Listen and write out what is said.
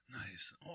Nice